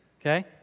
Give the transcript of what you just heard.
okay